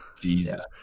jesus